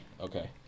okay